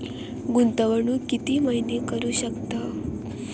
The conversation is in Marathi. गुंतवणूक किती महिने करू शकतव?